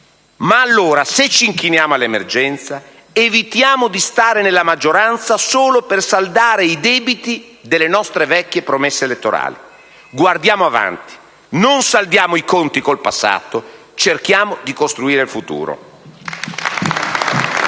Russo, se ci inchiniamo all'emergenza, evitiamo di stare nella maggioranza solo per saldare i debiti delle nostre vecchie promesse elettorali. Guardiamo avanti; non saldiamo i conti con il passato; cerchiamo di costruire il futuro.